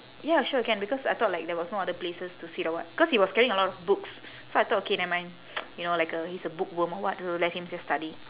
ya sure can because I thought like there was no other places to sit or what cause he was carrying a lot of books so I thought okay nevermind you know like a he's a bookworm or what so let him just study